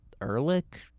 ...Ehrlich